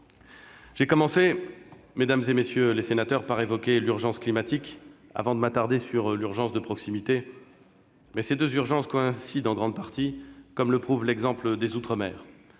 J'ai commencé, mesdames, messieurs les sénateurs, par évoquer l'urgence climatique, avant de m'attarder sur l'urgence de proximité, mais ces deux urgences coïncident en grande partie, comme le prouve l'exemple des outre-mer